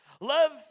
love